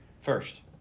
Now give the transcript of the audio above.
first